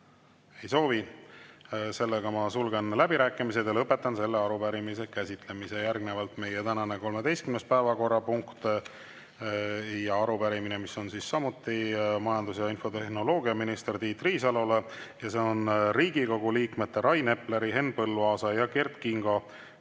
Ei soovi. Sulgen läbirääkimised ja lõpetan selle arupärimise käsitlemise. Järgnevalt meie tänane 13. päevakorrapunkt, arupärimine, mis on samuti majandus- ja infotehnoloogiaminister Tiit Riisalole. See on Riigikogu liikmete Rain Epleri, Henn Põlluaasa ja Kert Kingo